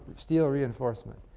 steel reinforcement.